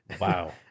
Wow